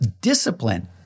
discipline